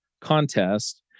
contest